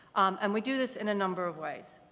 and we do this in a number of ways.